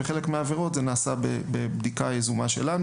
ולגבי חלק מהעבירות זה נעשה בבדיקה יזומה שלנו.